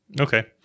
Okay